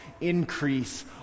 increase